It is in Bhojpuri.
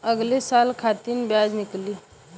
अगले साल खातिर बियाज निकली